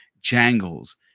Jangles